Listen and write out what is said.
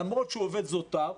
למרות שהוא עובד זוטר,